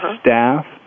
staff